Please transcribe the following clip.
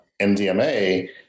MDMA